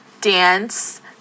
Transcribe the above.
dance